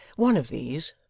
one of these,